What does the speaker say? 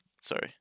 sorry